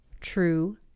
True